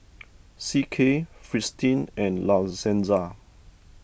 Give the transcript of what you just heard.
C K Fristine and La Senza